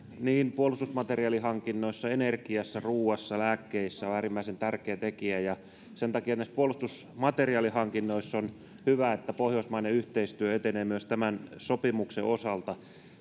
niin puolustusmateriaalihankinnoissa energiassa ruoassa kuin lääkkeissä on äärimmäisen tärkeä tekijä ja sen takia näissä puolustusmateriaalihankinnoissa on hyvä että pohjoismainen yhteistyö etenee myös tämän sopimuksen osalta